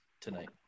tonight